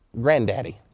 granddaddy